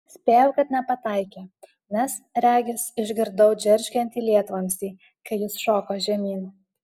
spėjau kad nepataikė nes regis išgirdau džeržgiantį lietvamzdį kai jis šoko žemyn